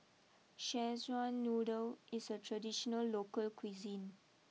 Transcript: Szechuan Noodle is a traditional local cuisine